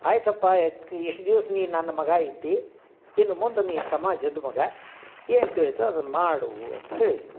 ಆಯಿತಪ್ಪ ಎಕ್ ಇಷ್ಟು ದಿವ್ಸ ನೀ ನನ್ನ ಮಗ ಇದ್ದಿ ಇನ್ನು ಮುಂದೆ ನೀ ಸಮಾಜದ ಮಗ ಏನು ತಿಳಿತೋ ಅದನ್ನು ಮಾಡು ಅಂತ ಹೇಳಿದ್ಳು